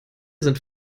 sind